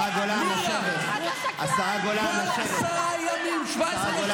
כל עשרה ימים נרצחת אישה במדינת ישראל במשמרת שלך,